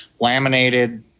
laminated